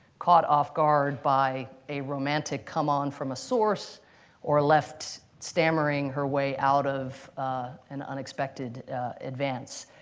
caught off guard by a romantic come-on from a source or left stammering her way out of an unexpected advance.